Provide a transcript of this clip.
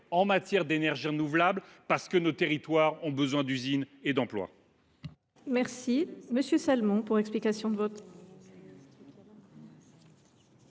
industrielles d’énergies renouvelables, parce que nos territoires ont besoin d’usines et d’emplois.